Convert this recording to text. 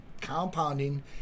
compounding